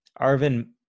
Arvin